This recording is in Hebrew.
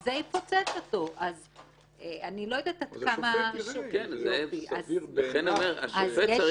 הם מקרים שבן אדם היה מודע לכך שהוא מבצע